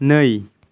नै